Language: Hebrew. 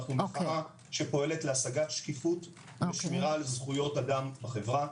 אנו מחאה שפועלת להשגת שקיפות ושמירה על זכויות אדם בחברה.